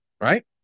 right